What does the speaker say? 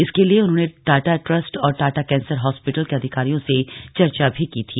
इसके लिए उन्होंने टाटा ट्रस्ट और टाटा कैंसर हॉस्पिटल के अधिकारियों से चर्चा भी की थी